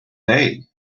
day